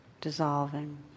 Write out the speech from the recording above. dissolving